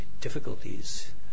difficulties